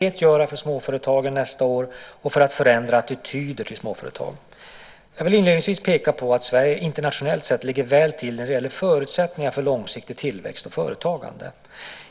Herr talman! Anna Grönlund Krantz har frågat mig vad regeringen lovar att konkret göra för småföretagen nästa år och för att förändra attityder till småföretag. Jag vill inledningsvis peka på att Sverige internationellt sett ligger väl till när det gäller förutsättningar för långsiktig tillväxt och företagande.